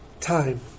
time